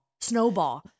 Snowball